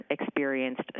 experienced